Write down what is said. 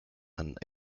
and